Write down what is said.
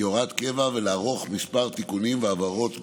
כהוראת קבע ולערוך מספר תיקונים והבהרות בחוק.